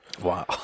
Wow